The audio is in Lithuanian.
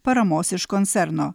paramos iš koncerno